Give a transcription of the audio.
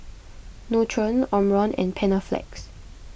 Nutren Omron and Panaflex